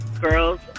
girls